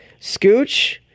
Scooch